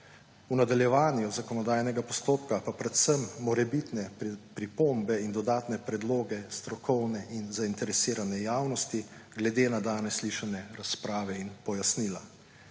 v nadaljevanju zakonodajnega postopka pa predvsem morebitne pripombe in dodatne predloge strokovne in zainteresirane javnosti glede na danes slišane razprave in pojasnila.